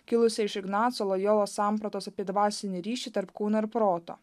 kilusia iš ignaco lojolos sampratos apie dvasinį ryšį tarp kūno ir proto